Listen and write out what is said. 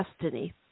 destiny